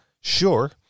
sure